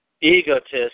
egotist